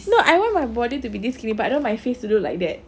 no I want my body to be this skinny but I don't want my face to look like that